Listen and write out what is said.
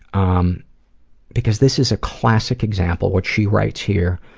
um because this is a classic example, which she writes here,